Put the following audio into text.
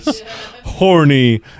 Horny